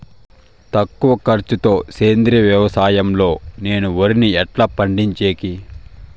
తక్కువ ఖర్చు తో సేంద్రియ వ్యవసాయం లో నేను వరిని ఎట్లా పండించేకి?